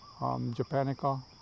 japanica